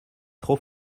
trop